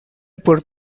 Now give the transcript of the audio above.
por